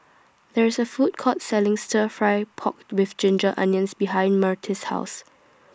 There IS A Food Court Selling Stir Fry Pork with Ginger Onions behind Myrtis' House